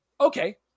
okay